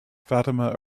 fatima